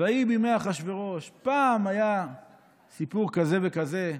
"ויהי בימי אחשורוש"; פעם היה סיפור כזה וכזה,